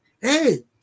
Hey